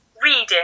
Reading